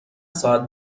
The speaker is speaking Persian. ساعت